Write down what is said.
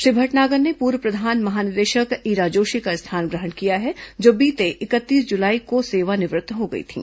श्री भटनागर ने पूर्व प्रधान महानिदेशक ईरा जोशी का स्थान ग्रहण किया है जो बीते इकतीस जुलाई को सेवानिवृत्त हो गई थीं